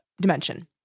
dimension